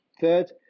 third